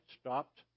stopped